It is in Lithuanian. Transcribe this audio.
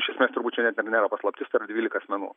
iš esmės turbūt čia net ir nėra paslaptis tai yra dvylika asmenų